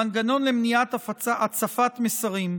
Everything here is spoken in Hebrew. מנגנון למניעת הצפת מסרים.